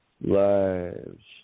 lives